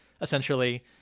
essentially